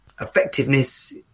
effectiveness